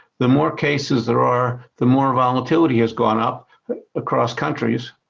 the more cases there are, the more volatility has gone up across countries.